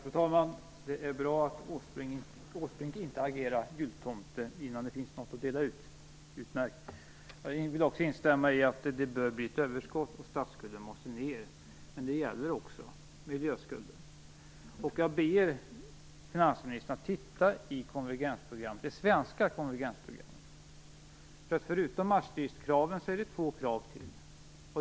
Fru talman! Det är bra att Erik Åsbrink inte agerar jultomte innan det finns något att dela ut. Det är utmärkt. Jag vill också instämma i att det bör bli ett överskott och att statsskulden måste ned. Men det gäller också miljöskulden. Jag ber finansministern att titta i det svenska konvergensprogrammet. Förutom Maastrichtkraven är det två krav till.